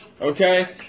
okay